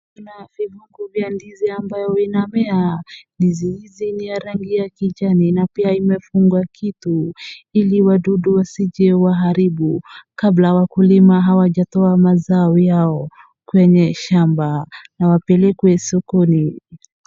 Kuna vikungu vya ndizi ambayo inamea. Ndizi hizi ni ya rangi ya kijani na pia imefungwa kitu ili wadudu wasije waharibu kabla wakulima hawajatoa mazao yao kwenye shamba na wapelekwe sokoni.